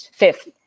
fifth